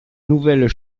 nouvelles